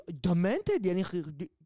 demented